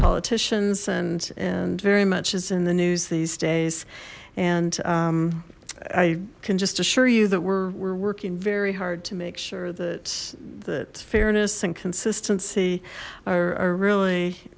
politicians and and very much is in the news these days and i can just assure you that we're working very hard to make sure that the fairness and consistency are really